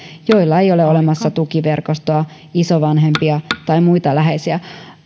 joilla ei ole olemassa tukiverkostoa isovanhempia tai muita läheisiä